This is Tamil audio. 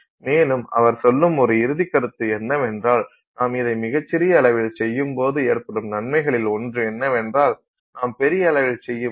மேலும் அவர் சொல்லும் ஒரு இறுதி கருத்து என்னவென்றால் நாம் இதை மிகச் சிறிய அளவில் செய்யும்போது ஏற்படும் நன்மைகளில் ஒன்று என்னவென்றால் நாம் பெரிய அளவில் செய்யும்போது